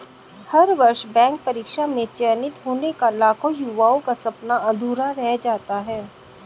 हर वर्ष बैंक परीक्षा में चयनित होने का लाखों युवाओं का सपना अधूरा रह जाता है